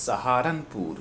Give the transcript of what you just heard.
Saharanpur